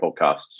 podcasts